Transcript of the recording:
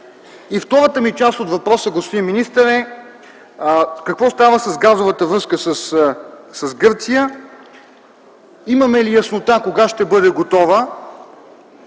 Втората страна от въпроса ми, господин министър, е какво става с газовата връзка с Гърция? Имаме ли яснота кога ще бъде готова?